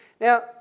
Now